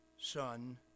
Son